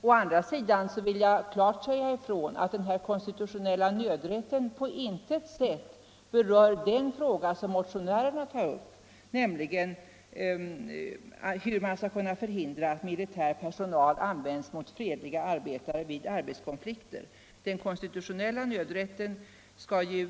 För det andra vill jag bestämt säga ifrån att den konstitutionella nödrätten på intet sätt berör den fråga som motionärerna tar upp, nämligen hur man skall kunna förhindra att militär personal används mot fredliga arbetare vid arbetskonflikter. Den konstitutionella nödrätten